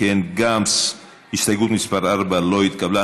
אם כן, גם הסתייגות מס' 4 לא התקבלה.